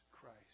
Christ